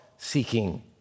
seeking